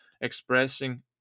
expressing